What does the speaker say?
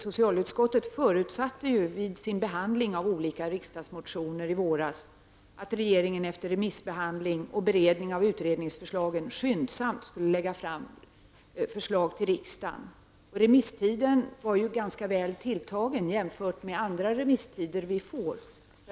Socialutskottet förutsatte vid behandlingen av olika riksdagsmotioner i våras att regeringen efter remissbehandling och beredning av utredningsförslagen skyndsamt skulle lägga fram förslag till riksdagen. Remisstiden var ganska väl tilltagen jämfört med andra remisstider som vi har att iaktta.